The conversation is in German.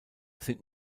sind